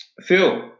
Phil